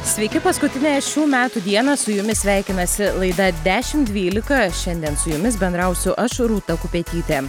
sveiki paskutinę šių metų dieną su jumis sveikinasi laida dešim dvylika šiandien su jumis bendrausiu aš rūta kupetytė